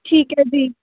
ਠੀਕ ਹੈ ਜੀ